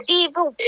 evil